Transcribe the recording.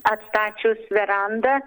atstačius verandą